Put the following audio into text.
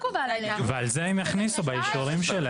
והחשש העיקרי הוא שיהיה חילופי שלטון או כל מיני דברים כאלה